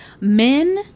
Men